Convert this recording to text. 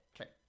Okay